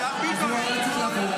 השר ביטון,